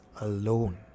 alone